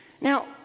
Now